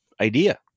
idea